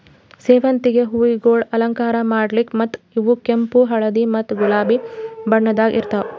ಸೇವಂತಿಗೆ ಹೂವುಗೊಳ್ ಅಲಂಕಾರ ಮಾಡ್ಲುಕ್ ಮತ್ತ ಇವು ಕೆಂಪು, ಹಳದಿ ಮತ್ತ ಗುಲಾಬಿ ಬಣ್ಣದಾಗ್ ಇರ್ತಾವ್